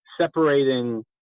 separating